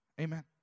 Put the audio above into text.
Amen